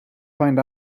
find